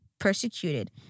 persecuted